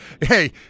Hey